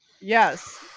Yes